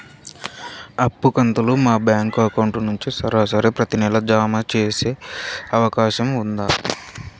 అప్పు కంతులు మా బ్యాంకు అకౌంట్ నుంచి సరాసరి ప్రతి నెల జామ సేసే అవకాశం ఉందా?